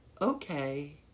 okay